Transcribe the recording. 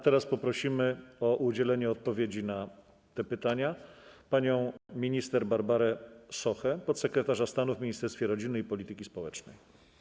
Teraz poprosimy o udzielenie odpowiedzi na te pytania panią minister Barbarę Sochę, podsekretarz stanu w Ministerstwie Rodziny i Polityki Społecznej.